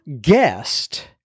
guest